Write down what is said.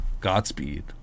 Godspeed